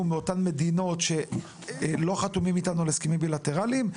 מאותן מדינות שלא חתומים איתם על הסכמים בילטרליים,